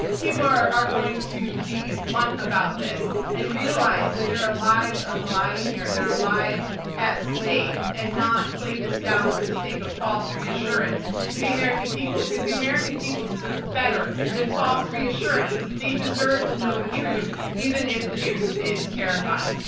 people are are going to be blunt about this and realize that there are lives on the line here, there are lives at stake, and not play this down for the sake of false reassurance to the american people, because the american people deserve better than false reassurance. they deserve to know the truth, even if the truth is terrifying.